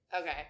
Okay